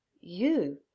You